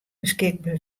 beskikber